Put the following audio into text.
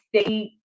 state